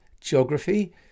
geography